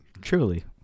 Truly